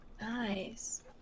Nice